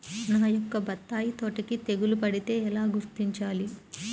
నా యొక్క బత్తాయి తోటకి తెగులు పడితే ఎలా గుర్తించాలి?